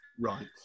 Right